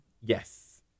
yes